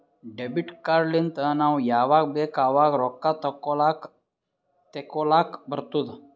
debit card ಲಿಂತ್ ನಾವ್ ಯಾವಾಗ್ ಬೇಕ್ ಆವಾಗ್ ರೊಕ್ಕಾ ತೆಕ್ಕೋಲಾಕ್ ತೇಕೊಲಾಕ್ ಬರ್ತುದ್